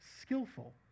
skillful